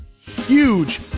huge